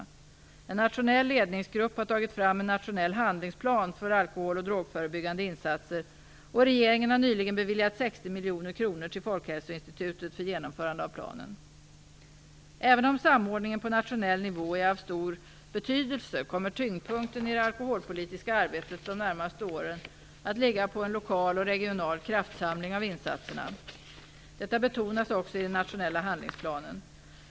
En nationell ledningsgrupp har tagit fram en nationell handlingsplan för alkohol och drogförebyggande insatser, och regeringen har nyligen beviljat 60 miljoner kronor till Folkhälsoinstitutet för genomförande av planen. Även om samordningen på nationell nivå är av stor betydelse, kommer tyngdpunkten i det alkoholpolitiska arbetet de närmaste åren att ligga på en lokal och regional kraftsamling av insatserna. Detta betonas också i den nationella handlingsplanen.